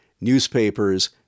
newspapers